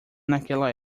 naquela